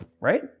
right